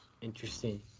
Interesting